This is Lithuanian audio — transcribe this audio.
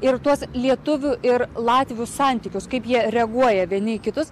ir tuos lietuvių ir latvių santykius kaip jie reaguoja vieni į kitus